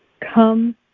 come